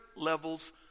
levels